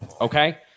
Okay